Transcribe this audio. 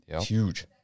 Huge